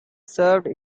served